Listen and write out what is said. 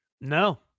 No